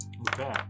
Okay